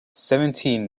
seventeen